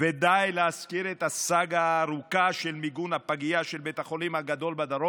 ודי להזכיר את הסאגה הארוכה של מיגון הפגייה של בית החולים הגדול בדרום,